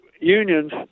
unions